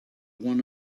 one